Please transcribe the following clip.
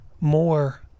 more